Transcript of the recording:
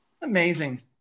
amazing